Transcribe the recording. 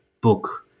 book